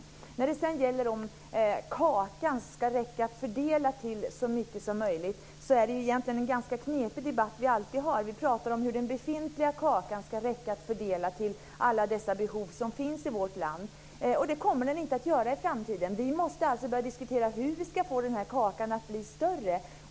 Debatten som vi alltid för om kakan som ska fördelas till så mycket som möjligt är egentligen ganska knepig. Vi pratar om hur den befintliga kakan ska räcka att fördela till alla de behov som finns i vårt land. Det kommer den inte att göra i framtiden. Vi måste alltså börja diskutera hur vi ska få den här kakan att bli större.